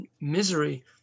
misery